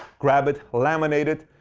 grab it, laminate it.